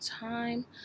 time